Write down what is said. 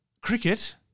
Cricket